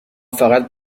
فقط